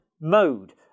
mode